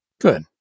Good